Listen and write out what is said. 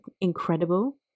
incredible